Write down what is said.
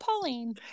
Pauline